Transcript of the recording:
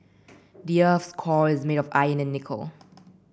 the earth's core is made of iron and nickel